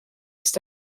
ist